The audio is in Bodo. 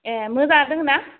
ए मोजाङै दङ ना